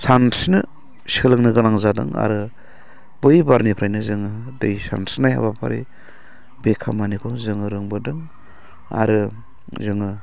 सानस्रिनो सोलोंनो गोनां जादों आरो बै बारनिफ्रायनो जोङो दै सानस्रिनाय हाबाफरि बे खामानिखौ जोङो रोंबोदों आरो जोङो